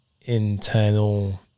internal